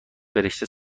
برشته